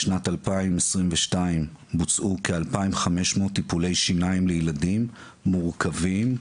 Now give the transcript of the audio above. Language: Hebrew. בשנת 2022 בוצעו כ-2,500 טיפולי שיניים לילדים מורכבים,